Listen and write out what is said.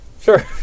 Sure